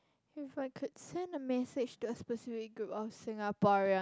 if I could send a message to a specific group of Singaporean